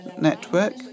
network